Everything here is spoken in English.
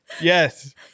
Yes